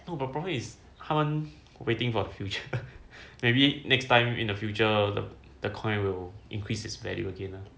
no but problem is 他们 waiting for future maybe next time in the future the the coin will increase its value again mah